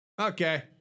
okay